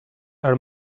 are